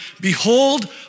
Behold